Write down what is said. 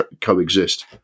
coexist